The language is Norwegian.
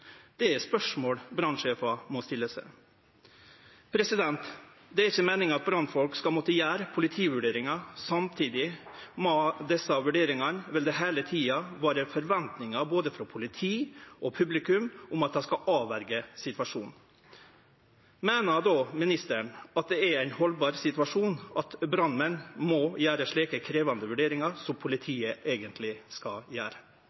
er spørsmål brannsjefar må stille seg. Det er ikkje meininga at brannfolk skal måtte gjere politivurderingar. Samtidig med desse vurderingane vil det heile tida vere forventingar frå både politi og publikum om at dei skal avverje situasjonen. Meiner ministeren at det er ein haldbar situasjon at brannmenn må gjere slike krevjande vurderingar som politiet eigentleg skal gjere?